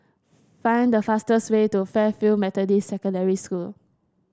find the fastest way to Fairfield Methodist Secondary School